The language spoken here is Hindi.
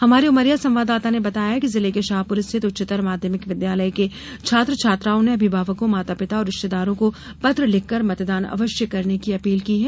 हमारे उमरिया संवाददाता ने बताया कि जिले के शाहपुर स्थित उच्चतर माध्यमिक विद्यालय के छात्र छात्राओं ने अभिभावकों माता पिता और रिश्तेदारों को पत्र लिखकर मतदान अवश्य करने की अपील की है